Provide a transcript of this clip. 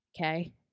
okay